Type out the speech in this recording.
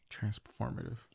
Transformative